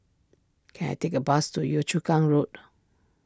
can I take a bus to Yio Chu Kang Road